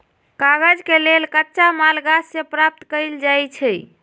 कागज के लेल कच्चा माल गाछ से प्राप्त कएल जाइ छइ